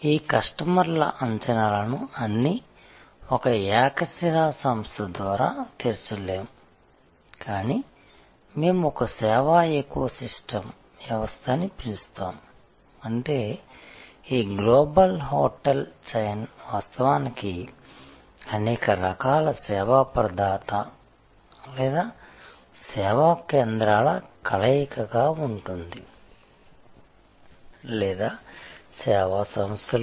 ఈ కస్టమర్ల అంచనాలను అన్నీ ఒక ఏకశిలా సంస్థ ద్వారా తీర్చలేము కానీ మేము ఒక సేవా ఎకోసిస్టంపర్యావరణ వ్యవస్థ అని పిలుస్తాము అంటే ఈ గ్లోబల్ హోటల్ చైన్ వాస్తవానికి అనేక రకాల సేవా ప్రదాత లేదా సేవా కేంద్రాల కలయికగా ఉంటుంది లేదా సేవా సంస్థలు